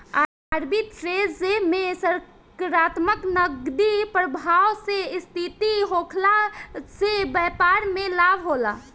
arbitrage में सकारात्मक नगदी प्रबाह के स्थिति होखला से बैपार में लाभ होला